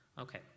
okay